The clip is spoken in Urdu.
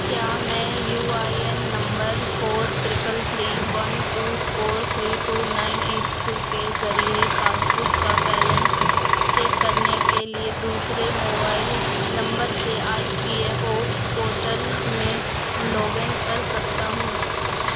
کیا میں U I N number four triple three one two four three two nine eight two کے ذریعے پاس بک کا بیلنس چیک کرنے کے لیے دوسرے مووائل نمبر سے I P F O portal میں ملاگ ان کر سکتا ہوں